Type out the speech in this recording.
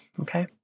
Okay